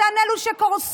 אותן אלו שקורסות,